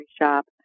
shop